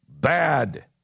Bad